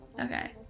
Okay